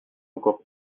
encore